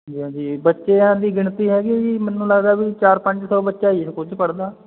ਹਾਂਜੀ ਹਾਂਜੀ ਬੱਚਿਆਂ ਦੀ ਗਿਣਤੀ ਹੈਗੀ ਆ ਜੀ ਮੈਨੂੰ ਲੱਗਦਾ ਵੀ ਚਾਰ ਪੰਜ ਸੌ ਬੱਚਾ ਜੀ ਇਸ ਸਕੂਲ 'ਚ ਪੜ੍ਹਦਾ